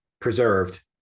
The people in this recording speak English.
preserved